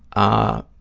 a